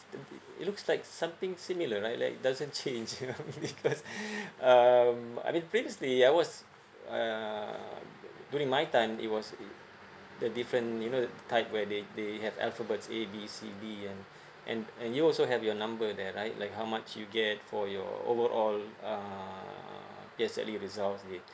looks like something similar like like doesn't change you know because um I mean previously I was uh during my time it was the different you know type where they they have alphabets A B C D and and you also have your number there right like how much you get for your overall uh P_S_L_E result slip